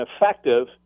effective